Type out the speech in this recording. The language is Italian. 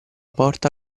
porta